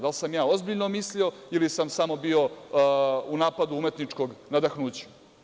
Da li sam ja ozbiljno mislio ili sam samo bio u napadu umetničkog nadahnuća.